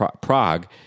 Prague